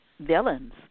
villains